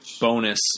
bonus